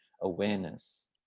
awareness